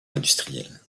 industriel